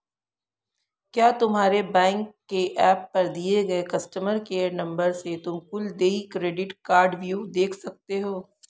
क्या तुम्हारे बैंक के एप पर दिए गए कस्टमर केयर नंबर से तुम कुल देय क्रेडिट कार्डव्यू देख सकते हो?